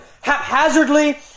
haphazardly